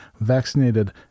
Vaccinated